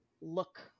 look